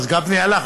גפני הלך.